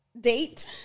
date